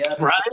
Right